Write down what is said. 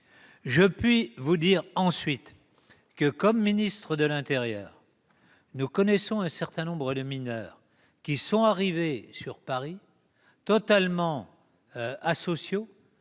je peux vous dire, en tant que ministre de l'intérieur, que nous connaissons un certain nombre de mineurs qui sont arrivés à Paris totalement asociaux.